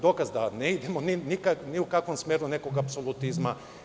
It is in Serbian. Dokaz da ne idemo ni u kakvom smeru nekog apsolutizma.